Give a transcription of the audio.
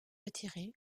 retiré